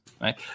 right